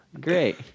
Great